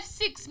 six